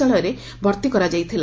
ଳୟରେ ଭର୍ତି କରାଯାଇଥିଲା